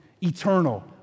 eternal